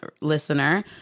listener